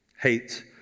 Hate